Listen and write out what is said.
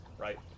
right